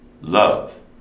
love